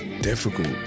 Difficult